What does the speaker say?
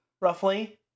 Roughly